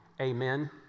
Amen